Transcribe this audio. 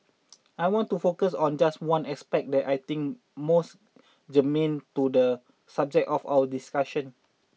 I want to focus on just one aspect that I think most germane to the subject of our discussion